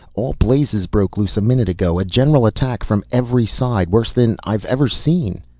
all blazes broke loose a minute ago, a general attack from every side, worse than i've ever seen.